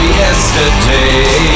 yesterday